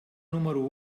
número